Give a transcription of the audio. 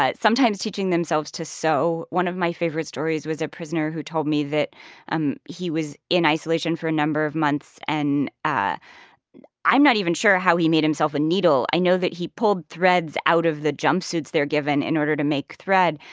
ah sometimes teaching themselves to sew one of my favorite stories was a prisoner who told me that he was in isolation for a number of months. and ah i'm not even sure how he made himself a needle. i know that he pulled threads out of the jumpsuits they're given in order to make thread.